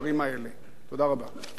תודה רבה לחבר הכנסת נחמן שי,